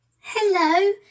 hello